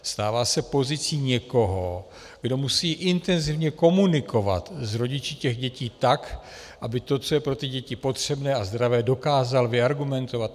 Stává se pozicí někoho, kdo musí intenzivně komunikovat s rodiči dětí tak, aby to, co je pro ty děti potřebné a zdravé, dokázal vyargumentovat.